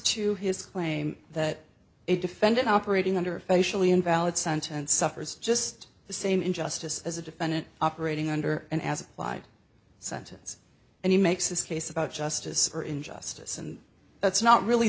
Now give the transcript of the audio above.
to his claim that a defendant operating under a facially invalid sentence suffers just the same injustice as a defendant operating under an as applied sentence and he makes this case about justice or injustice and that's not really